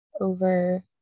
over